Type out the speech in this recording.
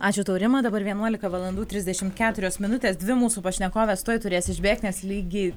ačiū tau rima dabar vienuolika valandų trisdešimt keturios minutės dvi mūsų pašnekovės tuoj turės išbėgti nes lygiai